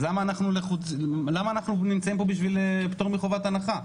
אז למה אנחנו נמצאים פה בשביל פטור מחובת הנחה?